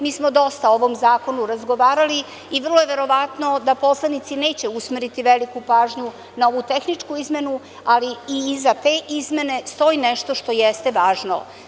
Mi smo dosta o ovom zakonu razgovarali i vrlo je verovatno da poslanici neće usmeriti veliku pažnju na ovu tehničku izmenu, ali i iza te izmene stoji nešto što jeste važno.